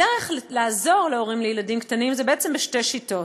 הדרך לעזור להורים לילדים קטנים היא בעצם בשתי שיטות: